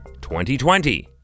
2020